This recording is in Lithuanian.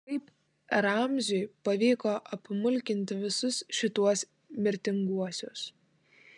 kaip ramziui pavyko apmulkinti visus šituos mirtinguosius